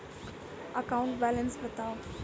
account balance बताउ